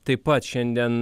taip pat šiandien